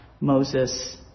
Moses